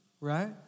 right